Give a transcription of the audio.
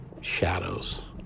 shadows